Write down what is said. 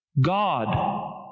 God